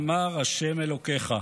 אמר השם אלוקיך.